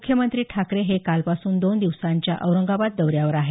मुख्यमंत्री ठाकरे हे कालपासून दोन दिवसांच्या औरंगाबाद दौऱ्यावर आहेत